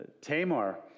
Tamar